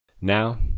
Now